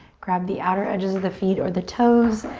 grab the outer edges of the feet or the toes,